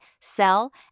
sell